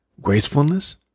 gracefulness